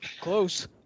Close